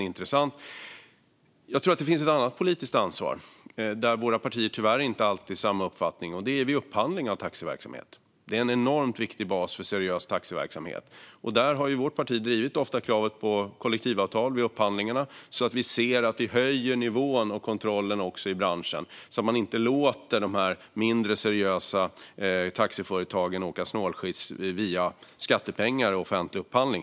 Jag tror också att det finns ett annat politiskt ansvar - här har våra partier tyvärr inte alltid samma uppfattning. Det handlar om upphandling av taxiverksamhet, vilket är en enormt viktig bas för seriös taxiverksamhet. Vårt parti har ofta drivit kravet på kollektivavtal vid upphandling så att vi höjer nivån och kontrollen i branschen och inte låter de mindre seriösa taxiföretagen åka snålskjuts med hjälp av skattepengar och offentlig upphandling.